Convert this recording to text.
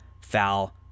foul